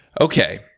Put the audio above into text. Okay